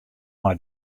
mei